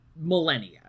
millennia